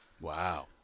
Wow